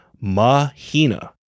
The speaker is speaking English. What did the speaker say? Mahina